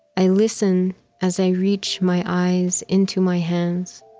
i listen as i reach my eyes into my hands,